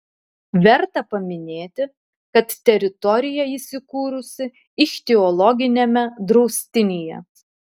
verta paminėti kad teritorija įsikūrusi ichtiologiniame draustinyje